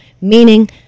meaning